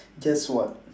guess what